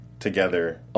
together